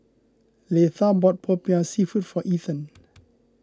Leitha bought Popiah Seafood for Ethen